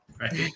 right